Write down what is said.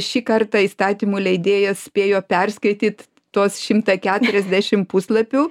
šį kartą įstatymų leidėjas spėjo perskaityt tuos šimtą keturiasdešim puslapių